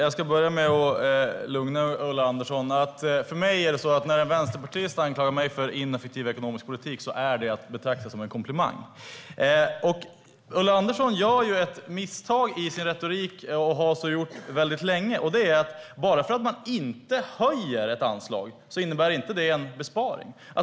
Herr talman! När en vänsterpartist anklagar mig för ineffektiv ekonomisk politik är det en komplimang. Ulla Andersson gör och har länge gjort ett misstag i sin retorik. Bara för att man inte höjer ett anslag innebär det inte en besparing.